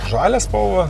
žalią spalvą